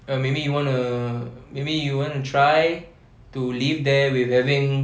uh maybe you wanna maybe you want to try to live there with having